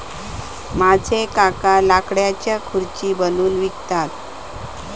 माझे काका लाकडाच्यो खुर्ची बनवून विकतत